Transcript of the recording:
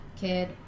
Kid